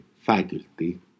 faculty